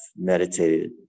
meditated